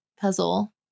puzzle